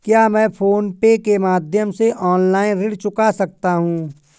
क्या मैं PhonePe के माध्यम से ऑनलाइन ऋण चुका सकता हूँ?